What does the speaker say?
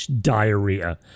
diarrhea